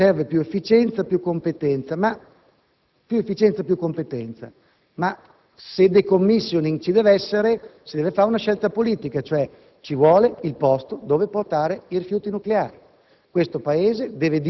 Si dice che serve più efficienza e più competenza, ma, se *decommissioning* ci dev'essere, si deve fare una scelta politica: ci vuole, cioè, il posto dove portare i rifiuti nucleari.